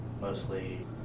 mostly